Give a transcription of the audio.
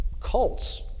cults